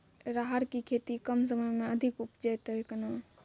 राहर की खेती कम समय मे अधिक उपजे तय केना?